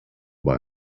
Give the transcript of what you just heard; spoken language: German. bei